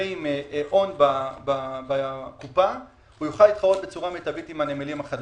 ועם הון בקופה הוא יוכל להתחרות בצורה מיטבית עם הנמלים החדשים.